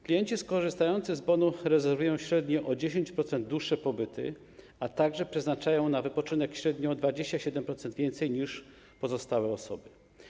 Klienci korzystający z bonu rezerwują średnio o 10% dłuższe pobyty, a także przeznaczają na wypoczynek średnio o 27% więcej niż pozostałe osoby.